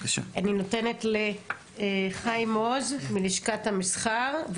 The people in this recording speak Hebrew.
אני נותנת לחיים עוז מלשכת המסחר.